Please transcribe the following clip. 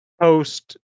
post